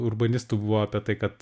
urbanistų buvo apie tai kad